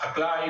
החקלאי,